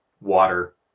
water